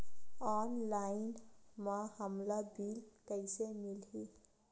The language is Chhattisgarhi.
ऑनलाइन म हमला बिल कइसे मिलही?